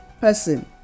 person